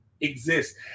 exist